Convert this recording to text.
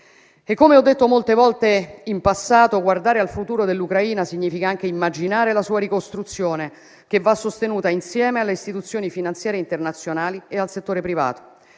Come ho detto molte volte in passato, guardare al futuro dell'Ucraina significa anche immaginare la sua ricostruzione, che va sostenuta insieme alle istituzioni finanziarie internazionali e al settore privato.